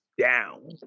down